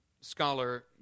scholar